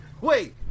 Wait